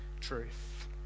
truth